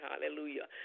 Hallelujah